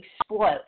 explode